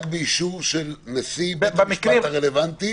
רק באישור נשיא בית המשפט הרלוונטי.